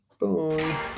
Bye